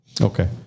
Okay